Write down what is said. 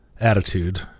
Attitude